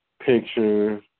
pictures